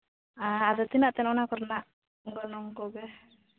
ᱟᱨ ᱛᱤᱱᱟᱹᱜ ᱛᱮ ᱚᱱᱟ ᱠᱚᱨᱮᱱᱟᱜ ᱜᱚᱱᱚᱝ ᱠᱚᱜᱮ